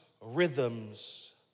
rhythms